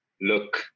look